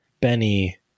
Benny